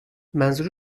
منظور